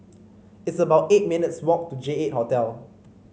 it's about eight minutes' walk to Jeight Hotel